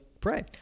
pray